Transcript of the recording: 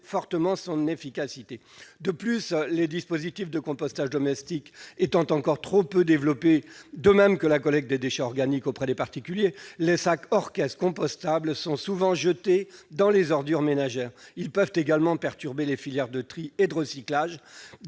fortement son efficacité. De plus, les dispositifs de compostage domestique étant encore trop peu développés, de même que la collecte des déchets organiques auprès des particuliers, les sacs hors caisse compostables sont souvent jetés dans les ordures ménagères. Ils peuvent également perturber les filières de tri et de recyclage.